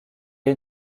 est